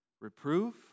reproof